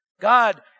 God